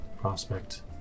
prospect